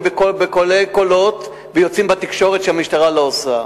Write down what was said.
בקולי קולות ויוצאים בתקשורת שהמשטרה לא עושה.